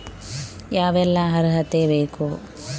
ಯಾವೆಲ್ಲ ಅರ್ಹತೆ ಬೇಕು?